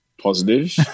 positive